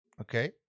okay